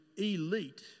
elite